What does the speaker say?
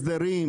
זה חופש העיסוק.